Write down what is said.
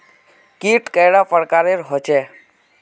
कीट कैडा पर प्रकारेर होचे?